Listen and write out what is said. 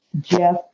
Jeff